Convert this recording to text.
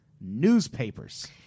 newspapers